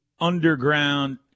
underground